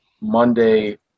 Monday